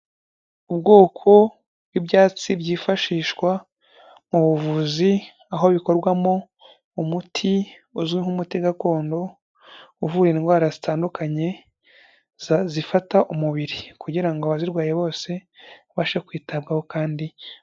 Ubwoko bw'ibyatsi byifashishwa mu buvuzi aho bikorwamo umuti uzwi nk'umuti gakondo uvura indwara zitandukanye zifata umubiri, kugira ngo abazirwaye bose babashe kwitabwaho kandi...